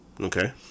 Okay